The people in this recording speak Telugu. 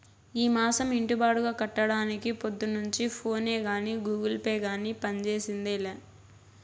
ఈ మాసం ఇంటి బాడుగ కట్టడానికి పొద్దున్నుంచి ఫోనే గానీ, గూగుల్ పే గానీ పంజేసిందేలా